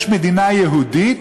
יש "מדינה יהודית",